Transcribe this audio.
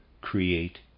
create